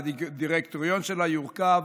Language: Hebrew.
והדירקטוריון שלה יורכב